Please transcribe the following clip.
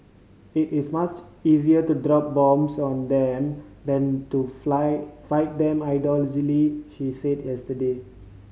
it is much easier to drop bombs on them than to fly fight them ideologically she said yesterday